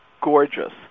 gorgeous